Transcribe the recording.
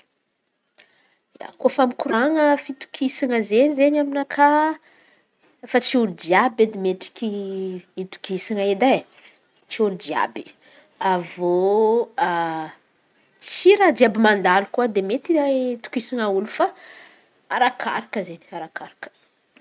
Ia, Kôfa mikoran̈a fitokisan̈a izen̈y izen̈y aminakà efa tsy olo jiàby edy mendrika itokisan̈a edy e! Tsy olo jiàby. Avy eo tsy raha jiàby mandalo koa de mety itokisan̈a olo fa arakaraka zay arakaraka.